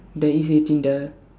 there is eighteen ah